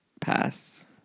pass